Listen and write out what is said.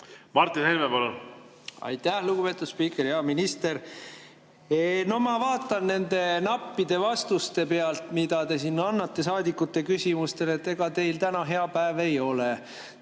Martin Helme, palun! Aitäh, lugupeetud spiiker! Hea minister! No ma vaatan nende nappide vastuste pealt, mida te siin annate saadikute küsimustele, et ega teil täna hea päev ei ole.